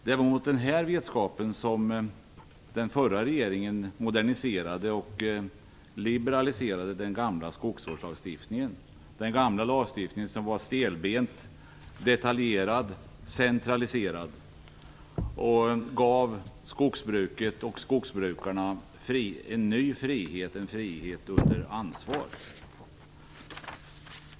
Det är med den här vetskapen som den förra regeringen moderniserade och liberaliserade den gamla skogsvårdslagstiftningen, som var stelbent, detaljerad och centraliserad, och gav skogsbruket och skogsbrukarna en ny frihet under ansvar.